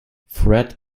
fred